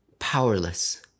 powerless